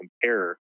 compare